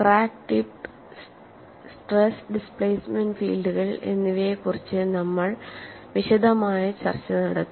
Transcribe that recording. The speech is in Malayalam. ക്രാക്ക് ടിപ്പ് സ്ട്രെസ് ഡിസ്പ്ലേസ്മെന്റ് ഫീൽഡുകൾ എന്നിവയെക്കുറിച്ച് നമ്മൾ വിശദമായ ചർച്ച നടത്തി